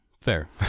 fair